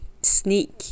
sneak